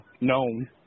known